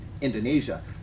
Indonesia